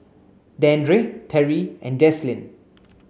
Dandre Terry and Jaslyn